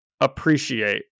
appreciate